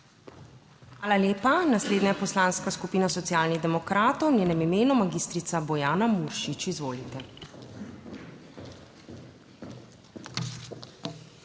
Hvala lepa. Naslednja poslanska skupina Socialnih demokratov, v njenem imenu magistrica Bojana Muršič, izvolite.